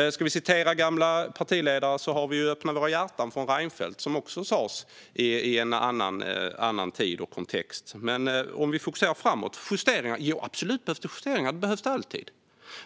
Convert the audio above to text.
vi nu ska citera gamla partiledare har vi "Öppna era hjärtan" från Reinfeldt, vilket också sades i en annan tid och en annan kontext. Men låt oss fokusera framåt. Det talas om justeringar. Ja, det behövs absolut justeringar - det gör det alltid.